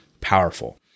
powerful